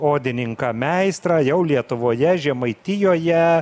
odininką meistrą jau lietuvoje žemaitijoje